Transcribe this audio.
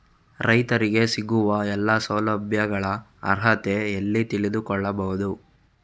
ರೈತರಿಗೆ ಸಿಗುವ ಎಲ್ಲಾ ಸೌಲಭ್ಯಗಳ ಅರ್ಹತೆ ಎಲ್ಲಿ ತಿಳಿದುಕೊಳ್ಳಬಹುದು?